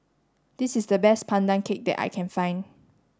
this is the best Pandan Cake that I can find